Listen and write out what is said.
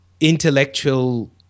intellectual